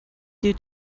due